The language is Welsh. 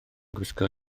gwisgo